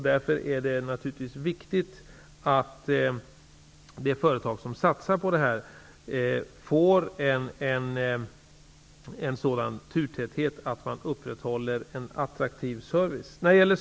Därför är det naturligtvis viktigt att det företag som satsar på detta får en sådan turtäthet att man upprätthåller en attraktiv service.